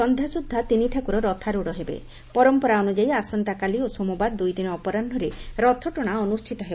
ସଂଧା ସୁଛା ତିନିଠାକୁର ରଥାରୁଡ଼ ହେବେ ପରମ୍ପରା ଅନୁଯାୟୀ ଆସନ୍ତାକାଲି ଓ ସୋମବାର ଦୁଇଦିନ ଅପରାହୁରେ ରଥଟଣା ଅନୁଷ୍ଠିତ ହେବ